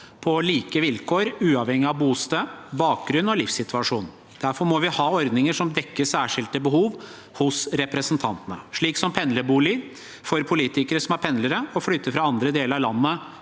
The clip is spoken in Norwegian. på like vilkår, uavhengig av bosted, bakgrunn og livssituasjon. Derfor må vi ha ordninger som dekker særskilte behov hos representantene, slik som pendlerbolig for politikere som er pendlere og flytter fra andre deler av landet